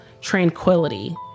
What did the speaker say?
tranquility